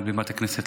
מעל בימת הכנסת,